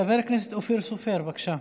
חבר הכנסת אופיר סופר, בבקשה.